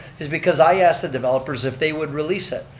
is because i asked the developers if they would release it.